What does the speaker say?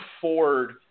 Ford